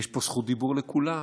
יש פה זכות דיבור לכולם,